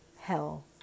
hell